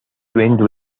twinned